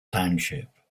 township